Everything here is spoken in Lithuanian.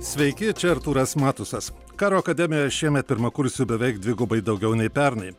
sveiki čia artūras matusas karo akademijoje šiemet pirmakursių beveik dvigubai daugiau nei pernai